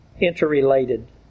interrelated